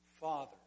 Father